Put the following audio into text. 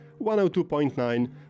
102.9